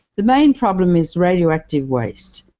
the main problem is radioactive waste.